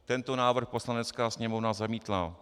Tento návrh Poslanecká sněmovna zamítla.